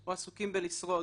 או עסוקים בלשרוד,